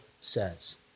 says